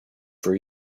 for